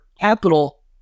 capital